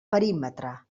perímetre